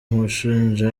gushinja